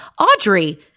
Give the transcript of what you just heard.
Audrey